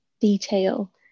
detail